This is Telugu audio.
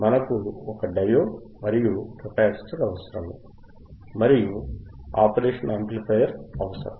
మనకు 1 డయోడ్ మరియు కెపాసిటర్ అవసరం మరియు ఆపరేషనల్ యాంప్లిఫయర్ అవసరం